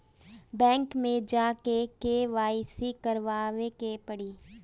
Bank मे जा के के.वाइ.सी करबाबे के पड़ी?